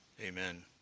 Amen